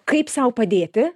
kaip sau padėti